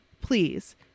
Please